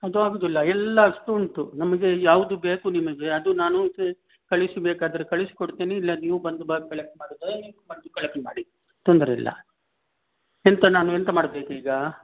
ಅದು ಆಗೋದಿಲ್ಲ ಎಲ್ಲ ಅಷ್ಟು ಉಂಟು ನಮಗೆ ಯಾವುದು ಬೇಕು ನಿಮಗೆ ಅದು ನಾನು ಮತ್ತು ಕಳಿಸಿ ಬೇಕಾದರೆ ಕಳಿಸಿ ಕೊಡ್ತೇನೆ ಇಲ್ಲ ನೀವು ಬಂದು ಬಾ ಕಲೆಕ್ಟ್ ಮಾಡೋದ ನೀವು ಬಂದು ಕಲೆಕ್ಟ್ ಮಾಡಿ ತೊಂದರೆಯಿಲ್ಲ ಎಂತ ನಾನು ಎಂತ ಮಾಡಬೇಕು ಈಗಾ